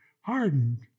hardened